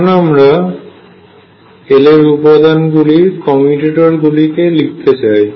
এখন আমরা L এর উপাদান গুলির কমিউটেটর গুলিকে লিখতে চাই